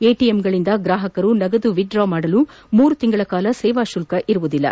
ಎಟೆಎಂಗಳಿಂದ ಗ್ರಾಪಕರು ನಗದು ವಿತ್ಡ್ರಾ ಮಾಡಲು ಮೂರು ತಿಂಗಳ ಕಾಲ ಸೇವಾ ಶುಲ್ತ ವಿಧಿಸುವುದಿಲ್ಲ